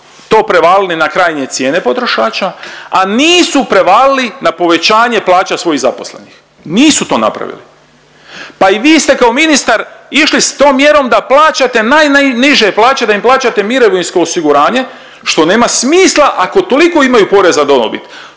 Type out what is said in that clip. to prevalili na krajnje cijene potrošača, a nisu prevalili na povećanje plaća svojih zaposlenih, nisu to napravili. Pa i vi ste kao ministar išli s tom mjerom da plaćate najniže plaće, da im plaćate mirovinsko osiguranje, što nema smisla ako imaju toliko poreza na dobit.